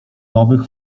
nowych